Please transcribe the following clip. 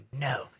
no